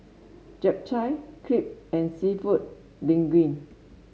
Japchae Crepe and seafood Linguine